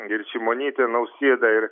ir šimonytė nausėda ir